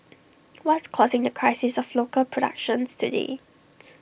what's causing the crisis of local productions today